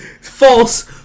False